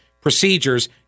procedures